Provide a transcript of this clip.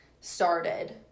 started